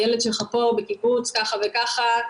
הילד שלך פה בקיבוץ ככה וככה,